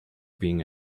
being